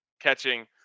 catching